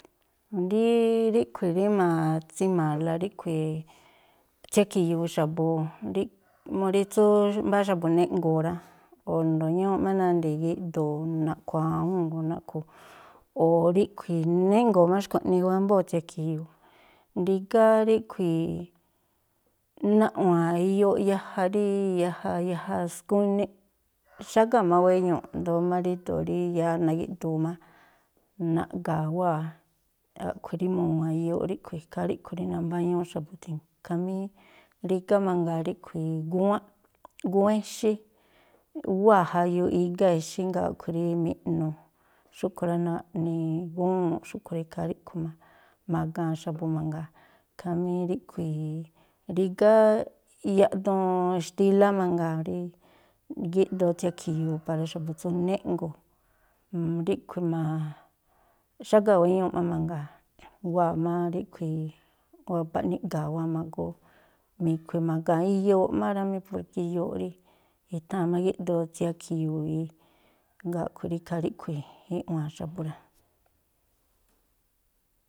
Rí ríꞌkhui̱ rí ma̱tsima̱a̱la ríꞌkhui̱ tsiakhi̱yu̱u̱ xa̱bu̱, ríꞌ mú rí tsú mbáá xa̱bu̱ jnéꞌngo̱o̱ rá, o̱ a̱jndo̱o ñúúꞌ má nandi̱i̱ gíꞌdoo̱, naꞌkhu̱ awúu̱n o̱ naꞌkhu̱, o̱ ríꞌkhui̱ jnéꞌngo̱o̱ má xkua̱ꞌnii ú, wámbóo̱ tsiakhi̱yu̱u̱, rígá ríꞌkhui̱ naꞌwa̱a̱n iyooꞌ yaja rí, yaja yaja skuniꞌ, xágáa̱ má wéñuuꞌ i̱ndóó má ríndo̱o rí yáá nagi̱ꞌdu̱u̱ má naꞌga̱a̱ wáa̱, a̱ꞌkhui̱ rí mu̱wa̱a̱n iyooꞌ ríꞌkhui̱. Ikhaa ríꞌkhui̱ rí nambáñúú xa̱bu̱ ithii̱. Khamí rígá mangaa ríꞌkhui̱ gúwánꞌ, gúwánꞌ exí, wáa̱ jayuuꞌ igáa̱ exí, jngáa̱ a̱ꞌkhui̱ rí mi̱ꞌnu̱ xúꞌkhui̱ rá, naꞌni gúwuunꞌ xúꞌkhui̱ rá, ikhaa ríꞌkhui̱ má ma̱ga̱a̱n xa̱bu̱ mangaa. Khamí ríꞌkhui̱, rígá yaꞌduun xtílá mangaa rí gíꞌdoo tsiakhi̱yu̱u̱ para xa̱bu̱ tsú jnéꞌngo̱o̱, ríꞌkhui̱ xágáa̱ wéñuuꞌ má mangaa, wáa̱ má ríꞌkhui̱ wabaꞌ niꞌga̱a̱ wáa̱ ma̱goo mi̱khui̱, ma̱ga̱a̱n iyooꞌ má rá mí, porke iyooꞌ rí i̱tháa̱n má gíꞌdoo tsiakhi̱yu̱u̱ i. Jngáa̱ a̱ꞌkhui̱ rí ikhaa ríꞌkhui̱ iꞌwa̱a̱n xa̱bu̱ rá.